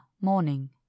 Morning